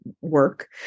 work